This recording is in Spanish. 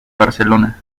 barcelona